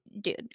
Dude